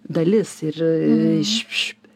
dalis ir iš